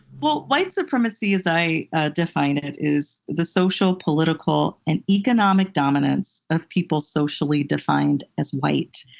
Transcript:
well, white supremacy as i ah define it is the social, political, and economic dominance of people socially defined as white.